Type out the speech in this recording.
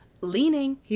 Leaning